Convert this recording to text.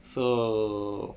so